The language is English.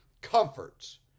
comforts